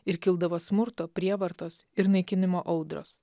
ir kildavo smurto prievartos ir naikinimo audros